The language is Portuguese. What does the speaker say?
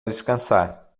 descansar